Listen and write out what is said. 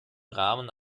rahmen